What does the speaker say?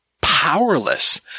powerless